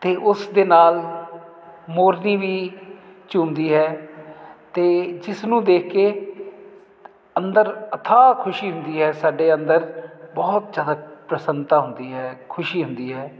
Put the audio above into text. ਅਤੇ ਉਸ ਦੇ ਨਾਲ ਮੋਰਨੀ ਵੀ ਝੂਮਦੀ ਹੈ ਅਤੇ ਜਿਸ ਨੂੰ ਦੇਖ ਕੇ ਅੰਦਰ ਅਥਾਹ ਖੁਸ਼ੀ ਹੁੰਦੀ ਹੈ ਸਾਡੇ ਅੰਦਰ ਬਹੁਤ ਜ਼ਿਆਦਾ ਪ੍ਰਸੰਨਤਾ ਹੁੰਦੀ ਹੈ ਖੁਸ਼ੀ ਹੁੰਦੀ ਹੈ